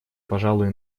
пожалуй